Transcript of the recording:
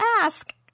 Ask